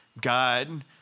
God